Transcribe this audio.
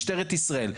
משטרת ישראל,